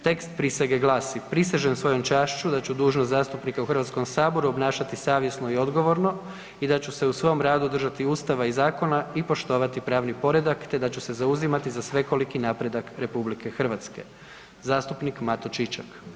Tekst prisege glasi: „Prisežem svojom čašću da ću dužnost zastupnika u Hrvatskom saboru obnašati savjesno i odgovorno i da ću se u svom radu držati Ustava i zakona i poštovati pravni poredak te da ću se zauzimati za svekoliki napredak RH.“ Zastupnik Mato Čičak.